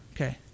Okay